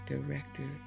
Director